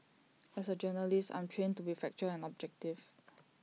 as A journalist I'm trained to be factual and objective